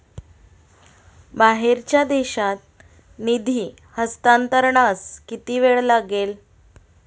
बाहेरच्या देशात निधी हस्तांतरणास किती वेळ लागेल?